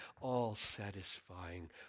all-satisfying